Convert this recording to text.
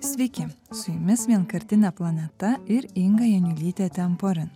sveiki su jumis vienkartinė planeta ir inga janiulytė temporin